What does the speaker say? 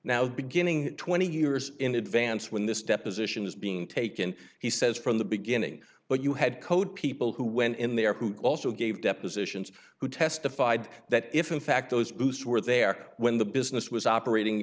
now beginning twenty years in advance when this deposition is being taken he says from the beginning but you had code people who went in there who also gave depositions who testified that if in fact those boost were there when the business was operating